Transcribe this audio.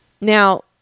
Now